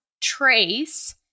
Trace